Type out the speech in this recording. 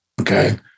Okay